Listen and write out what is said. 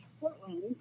Portland